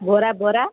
ବରା ବରା